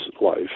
life